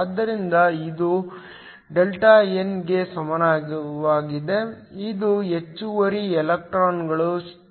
ಆದ್ದರಿಂದ ಇದು Δn ಗೆ ಸಮವಾಗಿದೆ ಇದು ಹೆಚ್ಚುವರಿ ಎಲೆಕ್ಟ್ರಾನ್ಗಳು